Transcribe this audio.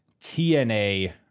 TNA